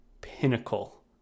pinnacle